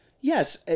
Yes